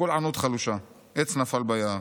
בקול ענות חלושה, עץ נפל ביער.